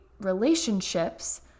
relationships